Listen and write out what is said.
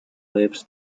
lives